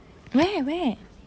where where